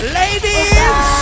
ladies